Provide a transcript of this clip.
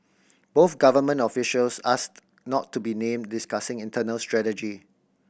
both government officials asked not to be named discussing internal strategy